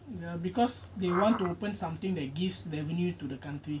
ya because they want to open something that gives revenue to the country